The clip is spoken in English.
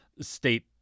state